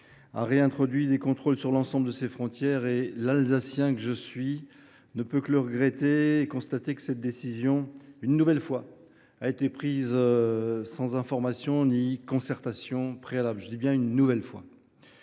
a réintroduit des contrôles sur l’ensemble de ses frontières. L’Alsacien que je suis ne peut que le regretter et constater que cette décision, une nouvelle fois, a été prise sans information ni concertation préalable. Il y a quelques